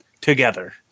together